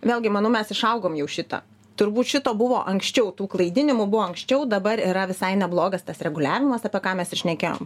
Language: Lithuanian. vėlgi manau mes išaugom jau šitą turbūt šito buvo anksčiau tų klaidinimų buvo anksčiau dabar yra visai neblogas tas reguliavimas apie ką mes ir šnekėjom